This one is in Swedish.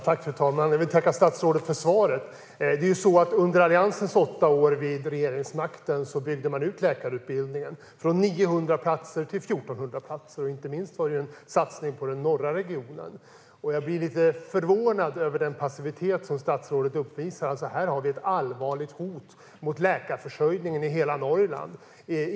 Fru talman! Jag vill tacka statsrådet för svaret. Under Alliansens åtta år vid regeringsmakten byggde man ut läkarutbildningen från 900 platser till 1 400 platser. Inte minst var det en satsning på den norra regionen. Jag blir lite förvånad över den passivitet som statsrådet uppvisar. Här har vi ett allvarligt hot mot läkarförsörjningen i hela Norrland.